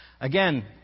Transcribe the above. Again